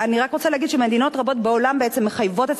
אני רק רוצה להגיד שמדינות רבות בעולם בעצם מחייבות את